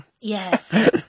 Yes